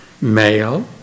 male